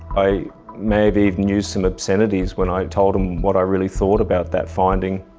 i may have even used some obscenities when i told them what i really thought about that finding.